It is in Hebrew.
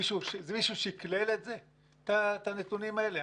מישהו שקלל את הנתונים האלה?